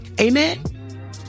Amen